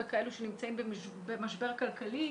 כאלה שנמצאים במשבר כלכלי,